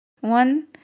one